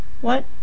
What